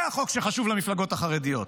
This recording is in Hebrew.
זה החוק שחשוב למפלגות החרדיות,